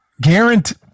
guarantee